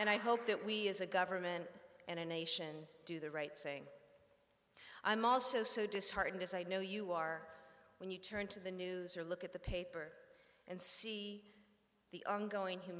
god that we as a government and a nation do the right thing i'm also so disheartened as i know you are when you turn to the news or look at the paper and see the ongoing h